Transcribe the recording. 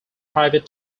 private